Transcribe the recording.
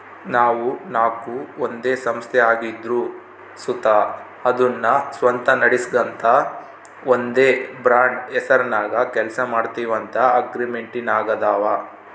ಇವು ನಾಕು ಒಂದೇ ಸಂಸ್ಥೆ ಆಗಿದ್ರು ಸುತ ಅದುನ್ನ ಸ್ವಂತ ನಡಿಸ್ಗಾಂತ ಒಂದೇ ಬ್ರಾಂಡ್ ಹೆಸರ್ನಾಗ ಕೆಲ್ಸ ಮಾಡ್ತೀವಂತ ಅಗ್ರಿಮೆಂಟಿನಾಗಾದವ